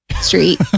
street